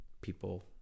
people